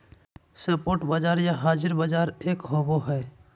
spot बाजार या हाज़िर बाजार एक होबो हइ